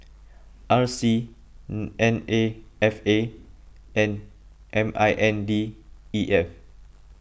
R C N A F A and M I N D E F